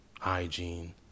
hygiene